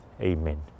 Amen